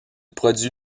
produit